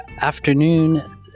afternoon